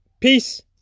peace